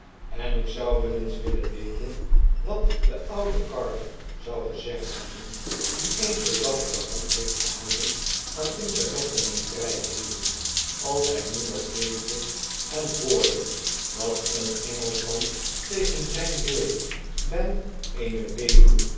en ik zou wel eenswillen weten wat de oude carter zou gezegd hebben die eens zoo dapper de hand heeft gehouden aan onze rechten en vrijheden als hg nu nog leefde en hoorde dat een engelschman tegen zgn wil bg eene weduw